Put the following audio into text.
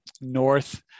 north